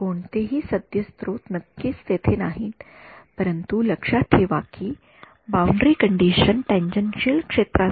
नाही कोणतेही सद्य स्त्रोत नक्कीच तेथे नाहीत परंतु लक्षात ठेवा की बाउंडरी कंडिशन टॅनजेन्शियल क्षेत्रासाठी आहेत